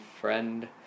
Friend